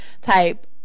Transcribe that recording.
type